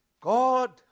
God